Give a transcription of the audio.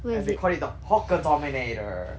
and they call it the hawker dominator